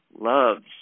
loves